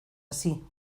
así